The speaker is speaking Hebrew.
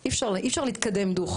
אי אפשר להתקדם ככה.